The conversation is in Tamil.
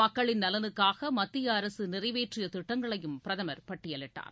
மக்களின் நலனுக்காக மத்திய அரசு நிறைவேற்றிய திட்டங்களையும் பிரதமர் பட்டியலிட்டார்